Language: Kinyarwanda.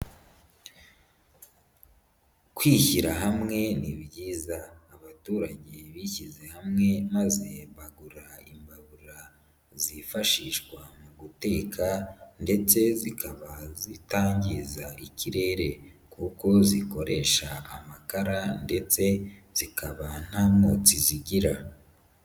Kwishyira hamwe ni byiza. Abaturage bishyize hamwe maze bagura imbabura, zifashishwa mu guteka ndetse zikaba zitangiza ikirere kuko zikoresha amakara ndetse zikaba nta mwotsi zigira.